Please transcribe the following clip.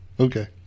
okay